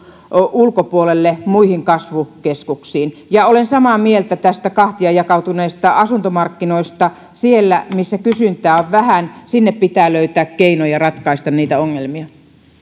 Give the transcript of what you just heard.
ulkopuolelle muihin kasvukeskuksiin ja olen samaa mieltä näistä kahtia jakautuneista asuntomarkkinoista sinne missä kysyntää on vähän pitää löytää keinoja ratkaista niitä ongelmia